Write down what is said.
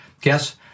guess